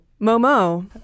Momo